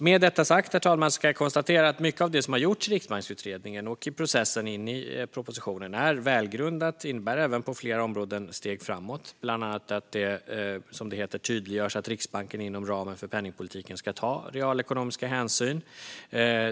Med detta sagt, herr talman, kan jag konstatera att mycket av det som har gjorts i riksbanksutredningen och i processen inför propositionen är välgrundat och även på flera områden innebär steg framåt, bland annat att det "tydliggörs att Riksbanken inom ramen för penningpolitiken ska ta realekonomiska hänsyn".